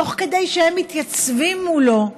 תוך כדי שהם מתייצבים מולו,